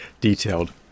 detailed